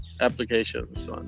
applications